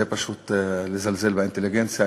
זה פשוט לזלזל באינטליגנציה.